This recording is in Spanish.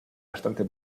bastante